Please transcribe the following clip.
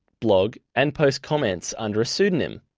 blog and post comments under a pseudonym.